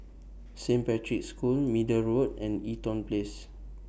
Saint Patrick's School Middle Road and Eaton Place